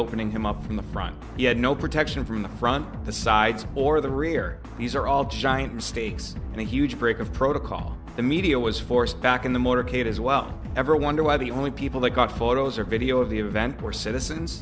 opening him up from the front yet no protection from the front the sides or the rear these are all giant mistakes and a huge break of protocol the media was forced back in the motorcade as well ever wonder why the only people that got photos or video of the event or citizens